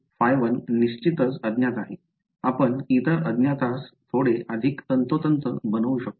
ϕ1 निश्चितच अज्ञात आहे आपण इतर अज्ञातस थोडे अधिक तंतोतंत बनवू शकतो